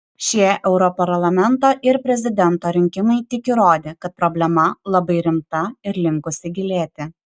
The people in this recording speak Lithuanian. šie europarlamento ir prezidento rinkimai tik įrodė kad problema labai rimta ir linkusi gilėti